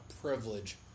privilege